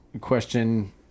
question